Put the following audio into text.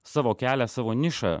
savo kelią savo nišą